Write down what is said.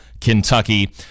Kentucky